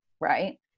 right